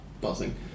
buzzing